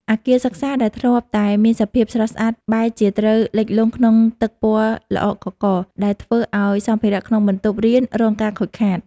អគារសិក្សាដែលធ្លាប់តែមានសភាពស្រស់ស្អាត បែរជាត្រូវលិចលង់ក្នុងទឹកពណ៌ល្អក់កករ ដែលធ្វើឱ្យសម្ភារក្នុងបន្ទប់រៀនរងការខូចខាត។